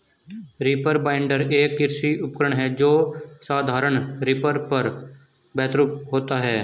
reaper binder, एक कृषि उपकरण है जो साधारण रीपर पर बेहतर होता है